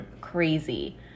crazy